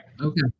Okay